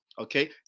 okay